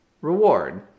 reward